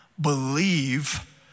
believe